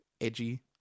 edgy